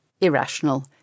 irrational